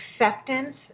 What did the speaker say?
acceptance